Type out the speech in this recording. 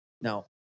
Now